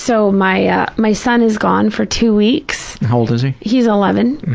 so my ah my son is gone for two weeks. and how old is he? he's eleven,